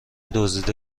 دزدیده